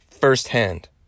firsthand